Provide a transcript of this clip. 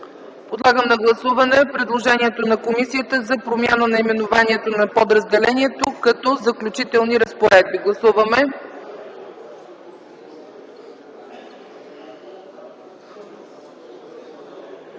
Подлагам на гласуване предложението на комисията за промяна наименованието на подразделението като „Заключителни разпоредби”. Гласуваме!